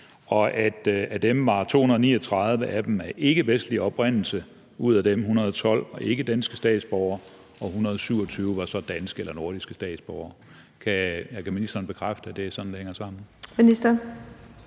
at af dem var 239 af ikkevestlig oprindelse, og at ud af dem var 112 ikkedanske statsborgere, og 127 var så danske eller nordiske statsborgere. Kan ministeren bekræfte, at det er sådan, det hænger sammen?